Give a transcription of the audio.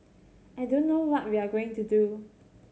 I don't know what we are going to do